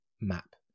map